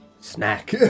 snack